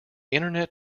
internet